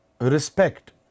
respect